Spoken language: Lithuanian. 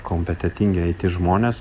kompetentingai it žmonės